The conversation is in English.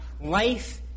Life